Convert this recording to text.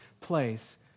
place